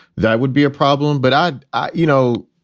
that would be a problem. but i'd you know,